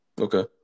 Okay